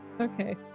okay